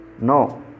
no